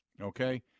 okay